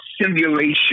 simulation